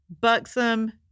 Buxom